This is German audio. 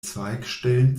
zweigstellen